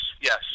yes